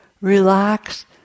relax